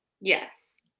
yes